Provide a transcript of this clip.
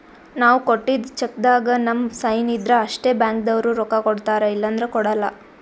ನಾವ್ ಕೊಟ್ಟಿದ್ದ್ ಚೆಕ್ಕ್ದಾಗ್ ನಮ್ ಸೈನ್ ಇದ್ರ್ ಅಷ್ಟೇ ಬ್ಯಾಂಕ್ದವ್ರು ರೊಕ್ಕಾ ಕೊಡ್ತಾರ ಇಲ್ಲಂದ್ರ ಕೊಡಲ್ಲ